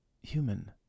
human